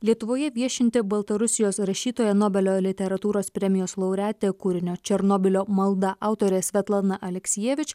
lietuvoje viešinti baltarusijos rašytoja nobelio literatūros premijos laureatė kūrinio černobylio malda autorė svetlana aleksijevič